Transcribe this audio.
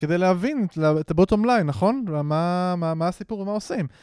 כדי להבין את ה-bottom line, נכון? מה מה מה הסיפור ומה עושים.